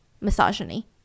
Misogyny